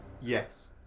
Yes